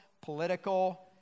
political